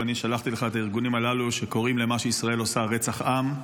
ואני שלחתי לך את הארגונים הללו שקוראים למה שישראל עושה רצח העם,